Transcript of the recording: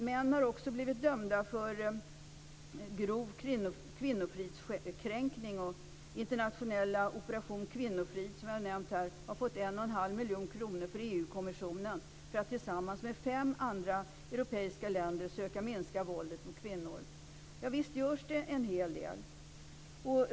Män har blivit dömda för grov kvinnofridskränkning, och den internationella kampanjen Operation Kvinnofrid, som har nämnts här, har fått en och en halv miljon kronor från EU-kommissionen för att man tillsammans med fem andra europeiska länder skall försöka minska våldet mot kvinnor. Ja, visst görs det en hel del.